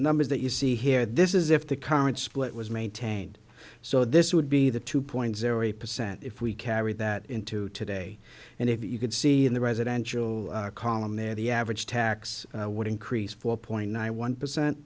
numbers that you see here this is if the current split was maintained so this would be the two point zero eight percent if we carried that into today and if you could see in the residential column there the average tax would increase four point nine one percent